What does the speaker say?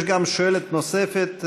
יש גם שואלת נוספת,